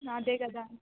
నాదే కదా